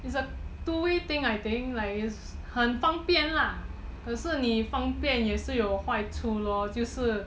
is a two way thing I think like is 很方便了 lah 可是你方便也是有坏处 lor 就是